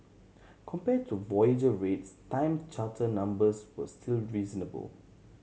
compared to voyage rates time charter numbers were still reasonable